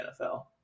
NFL